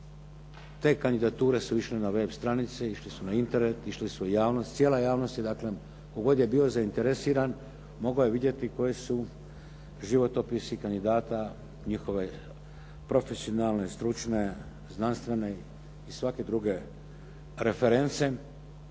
Te kandidature su išle na web stranice, išle su na Internet, išle su u javnost. Cijela javnost je dakle, tko god je bio zainteresiran mogao je vidjeti koji su životopisi kandidata, njihove profesionalne, stručne, znanstvene i svake druge reference.